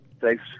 Thanks